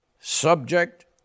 Subject